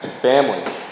family